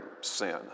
sin